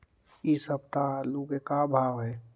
इ सप्ताह आलू के का भाव है?